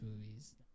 movies